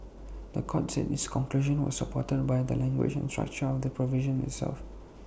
The Court said its conclusion was supported by the language and structure of the provision itself